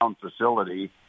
facility